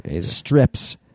strips